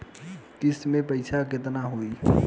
किस्त के पईसा केतना होई?